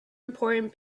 important